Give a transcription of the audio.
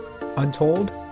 Untold